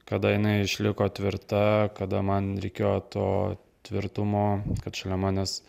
kada jinai išliko tvirta kada man reikėjo to tvirtumo kad šalia manęs